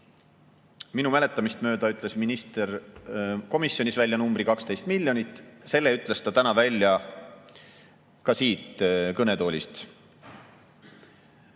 Minu mäletamist mööda ütles minister komisjonis välja numbri 12 miljonit, selle ütles ta täna välja ka siit kõnetoolist.